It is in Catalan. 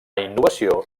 innovació